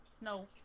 No